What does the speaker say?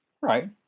Right